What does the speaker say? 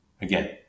Again